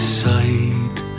side